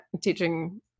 teaching